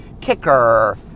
kicker